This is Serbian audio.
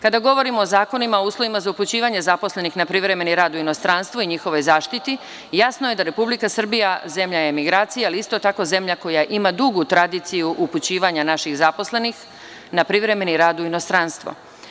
Kada govorimo o Zakonu o uslovima za upućivanje zaposlenih na privremeni rad u inostranstvo i njihovoj zaštiti, jasno je da je Republika Srbija zemlja emigracije, ali isto tako i zemlja koja ima dugu tradiciju upućivanja naših zaposlenih na privremeni rad u inostranstvo.